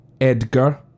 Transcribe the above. Edgar